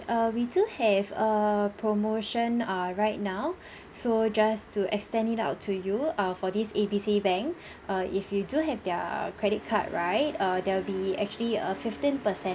uh we do have a promotion err right now so just to extend it out to you uh for this A B C bank uh if you do have their credit card right uh there'll be actually a fifteen percent